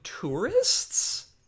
tourists